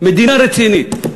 מדינה רצינית,